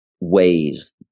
ways